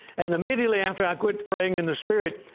and immediately, after i quit praying in the spirit,